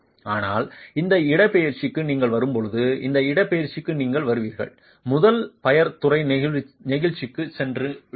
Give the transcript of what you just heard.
ஆனால் இந்த இடப்பெயர்ச்சிக்கு நீங்கள் வரும்போது இந்த இடப்பெயர்ச்சிக்கு நீங்கள் வருகிறீர்கள் முதல் பையர் துறை நெகிழ்ச்சிக்கு சென்றுவிட்டது